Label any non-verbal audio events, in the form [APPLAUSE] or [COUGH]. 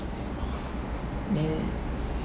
[BREATH] then